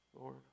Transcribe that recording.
Lord